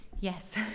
Yes